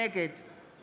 נגד